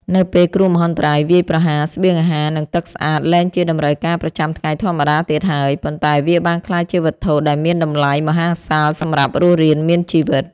នៅពេលគ្រោះមហន្តរាយវាយប្រហារ ស្បៀងអាហារ និងទឹកស្អាតលែងជាតម្រូវការប្រចាំថ្ងៃធម្មតាទៀតហើយ ប៉ុន្តែវាបានក្លាយជាវត្ថុដែលមានតម្លៃមហាសាលសម្រាប់រស់រានមានជីវិត។